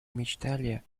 отмечали